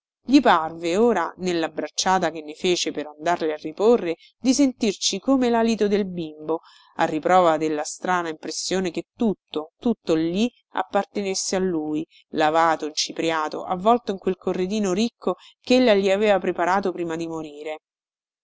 gli parve ora nella bracciata che ne fece per andarle a riporre di sentirci come lalito del bimbo a riprova della strana impressione che tutto tutto lì appartenesse a lui lavato incipriato avvolto in quel corredino ricco chella gli aveva preparato prima di morire